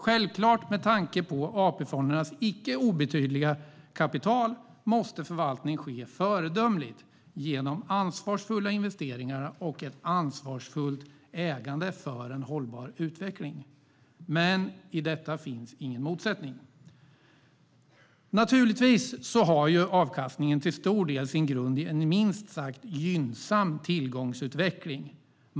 Självklart, med tanke på AP-fondernas icke obetydliga kapital, måste förvaltningen ske föredömligt genom ansvarsfulla investeringar och ett ansvarsfullt ägande för en hållbar utveckling. Men i detta finns ingen motsättning. Naturligtvis har avkastningen till stor del sin grund i en minst sagt gynnsam tillgångsutveckling.